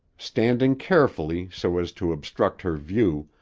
standing carefully so as to obstruct her view,